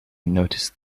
noticed